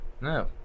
no